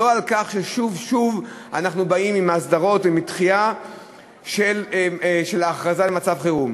לא על כך ששוב אנחנו באים עם הסדרות ועם דחייה של ההכרזה על מצב חירום.